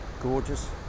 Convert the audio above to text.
gorgeous